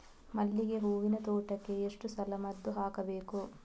ಮಲ್ಲಿಗೆ ಹೂವಿನ ತೋಟಕ್ಕೆ ಎಷ್ಟು ಸಲ ಮದ್ದು ಹಾಕಬೇಕು?